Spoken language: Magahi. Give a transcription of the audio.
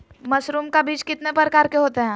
मशरूम का बीज कितने प्रकार के होते है?